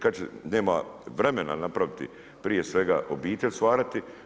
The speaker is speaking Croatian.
Kad će, nema vremena napraviti prije svega obitelj stvarati.